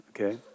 okay